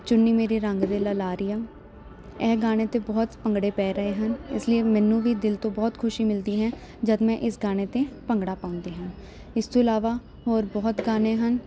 ਚੁੰਨੀ ਮੇਰੀ ਰੰਗ ਦੇ ਲਲਾਰੀਆ ਇਹ ਗਾਣੇ 'ਤੇ ਬਹੁਤ ਭੰਗੜੇ ਪੈ ਰਹੇ ਹਨ ਇਸ ਲਈ ਮੈਨੂੰ ਵੀ ਦਿਲ ਤੋਂ ਬਹੁਤ ਖੁਸ਼ੀ ਮਿਲਦੀ ਹੈ ਜਦੋਂ ਮੈਂ ਇਸ ਗਾਣੇ 'ਤੇ ਭੰਗੜਾ ਪਾਉਂਦੀ ਹਾਂ ਇਸ ਤੋਂ ਇਲਾਵਾ ਹੋਰ ਬਹੁਤ ਗਾਣੇ ਹਨ